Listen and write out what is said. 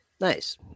Nice